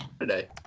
today